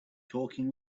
talking